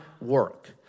work